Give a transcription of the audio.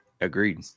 agreed